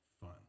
fun